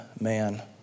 man